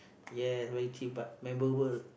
ya very cheap but memorable